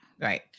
right